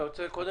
אתה רוצה קודם?